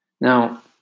Now